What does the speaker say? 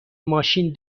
ماشین